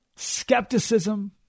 Skepticism